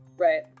Right